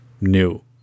new